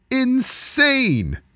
insane